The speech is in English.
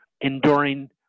enduring